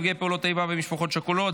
נפגעי פעולות איבה ומשפחות שכולות),